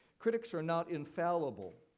critics are not infallible.